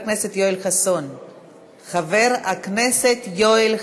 חבר הכנסת יואל חסון.